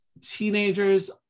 teenagers